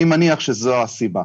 אני מניח שזו הסיבה,